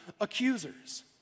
accusers